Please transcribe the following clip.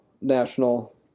national